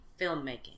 filmmaking